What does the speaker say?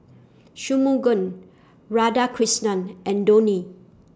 Shunmugam Radhakrishnan and Dhoni